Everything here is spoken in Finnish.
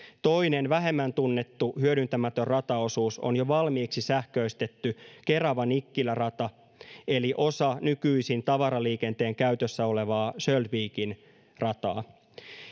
toinen vähemmän tunnettu hyödyntämätön rataosuus on jo valmiiksi sähköistetty kerava nikkilä rata eli osa nykyisin tavaraliikenteen käytössä olevaa sjöldvikin rataa